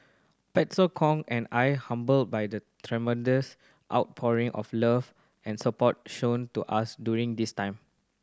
Pastor Kong and I humbled by the tremendous outpouring of love and support shown to us during this time